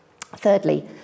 Thirdly